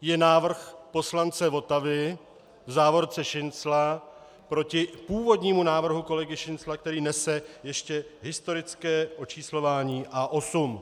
je návrh poslance Votavy, v závorce Šincla, proti původnímu návrhu kolegy Šincla, který nese ještě historické očíslování A8.